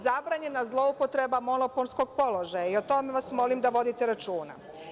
Zabranjena je zloupotreba monopolskog položaja i o tome vas molim da vodite računa.